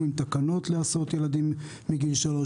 עם תקנות להסעות ילדים מגיל שלוש,